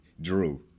Drew